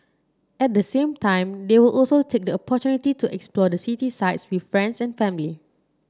at the same time they will also take the opportunity to explore the city sights with friends and family